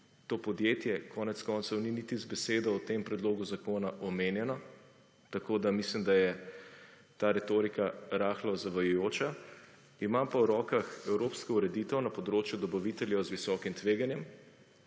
To podjetje konec koncev ni niti z besedo v tem predlogu zakona omenjeno, tako da mislim, da je ta retorika rahlo zavajajoča. Imam pa v rokah evropsko ureditev na področju dobaviteljev z visokim tveganjem,